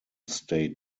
state